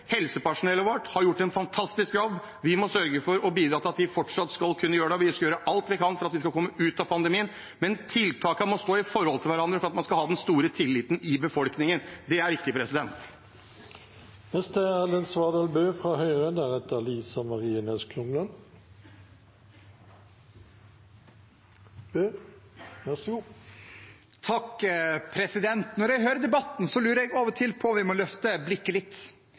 Helsepersonellet vårt har gjort en fantastisk jobb, vi må sørge for å bidra til at de fortsatt skal kunne gjøre det, og vi skal gjøre alt vi kan for at vi skal komme ut av pandemien, men tiltakene må stå i forhold til hverandre for at man skal ha den store tilliten i befolkningen. Det er viktig. Når jeg hører debatten, lurer jeg av og til på om vi må løfte blikket litt. Norge er faktisk et av landene som er kåret av Bloomberg til